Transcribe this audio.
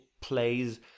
plays